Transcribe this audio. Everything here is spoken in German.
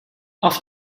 auf